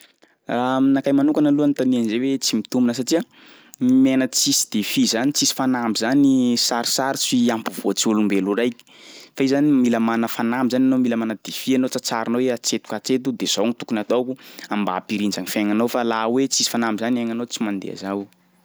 Raha aminakay manokana aloha anontania an'izay hoe tsy mitombina satsia ny miaina tsisy défis zany, tsisy fanamby zany sarosarotry ampivoatry olombelo raiky fa io zany mila mana fanamby zany anao, mila mana défis anao tsatsarinao hoe hatreto ka hatreto de zao no tokony hataoko mba hampirindra gny fiaignanao fa laha hoe tsisy fanamby zany iaignanao tsy mandeha zao io.